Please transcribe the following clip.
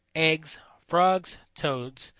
eggs, frogs, toads,